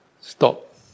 stop